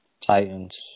Titans